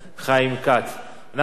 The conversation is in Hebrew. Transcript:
אנחנו ממשיכים בסדר-היום.